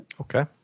Okay